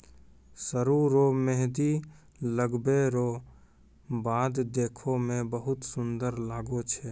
सरु रो मेंहदी लगबै रो बाद देखै मे बहुत सुन्दर लागै छै